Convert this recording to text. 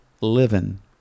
living